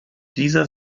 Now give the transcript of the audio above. dieser